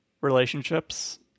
relationships